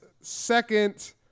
second